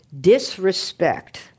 disrespect